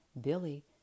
Billy